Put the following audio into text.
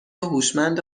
هوشمند